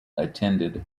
attended